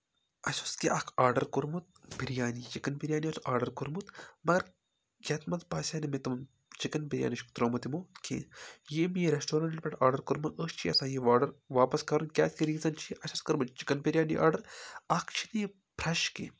اَسہِ اوس کیٛاہ اَکھ آرڈَر کوٚرمُت بِریانی چِکَن بِریانی اوس آرڈَر کوٚرمُت مگر یَتھ منٛز باسیٛو نہٕ مےٚ تِمَن چِکَن بِریانی چھُکھ ترٛوومُت یِمو کینٛہہ ییٚمۍ یہِ رٮ۪سٹورنٛٹَن پٮ۪ٹھ آرڈَر کوٚرمُت أسۍ چھِ یَژھان یہِ آرڈَر واپَس کَرُن کیٛازِکہِ ریٖزَن چھِ یہِ اَسہِ اوس کٔرمٕژ چِکَن بِریانی آرڈَر اَکھ چھِنہٕ یہِ فرٛٮ۪ش کینٛہہ